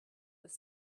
was